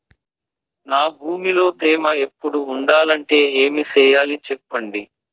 నా భూమిలో తేమ ఎప్పుడు ఉండాలంటే ఏమి సెయ్యాలి చెప్పండి?